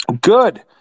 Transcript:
good